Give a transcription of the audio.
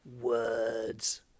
words